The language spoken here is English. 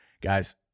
Guys